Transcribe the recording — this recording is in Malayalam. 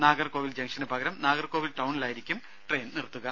നാഗർകോവിൽ ജംഗ്ഷനു പകരം നാഗർകോവിൽ ടൌണിലായിരിക്കും ട്രെയിൻ നിർത്തുക